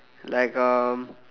like um